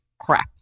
crap